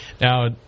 Now